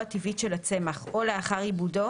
הטבעית למטרות רפואיותשל הצמח או לאחר עיבודו,